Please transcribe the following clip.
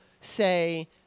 say